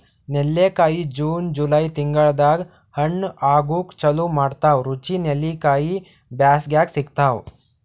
ನೆಲ್ಲಿಕಾಯಿ June July ತಿಂಗಳ್ದಾಗ್ ಹಣ್ಣ್ ಆಗೂಕ್ ಚಾಲು ಮಾಡ್ತಾವ್ ರುಚಿ ನೆಲ್ಲಿಕಾಯಿ ಬ್ಯಾಸ್ಗ್ಯಾಗ್ ಸಿಗ್ತಾವ್